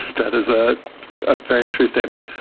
that is a very true statement.